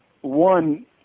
one